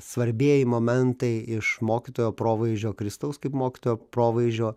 svarbieji momentai iš mokytojo provaizdžio kristaus kaip mokytojo provaizdžio